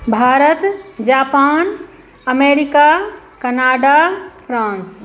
Bharat Japan America Canada France